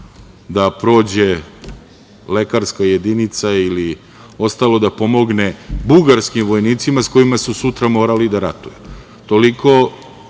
da prođe lekarska jedinica ili ostalo, da pomogne bugarskim vojnicima, sa kojima su sutra morali da ratuju.